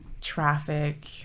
traffic